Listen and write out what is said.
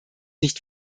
nicht